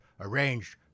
arranged